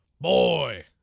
Boy